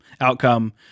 outcome